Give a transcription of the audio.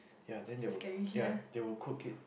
ya than they will ya they will cook it